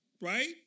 right